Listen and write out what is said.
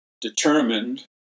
determined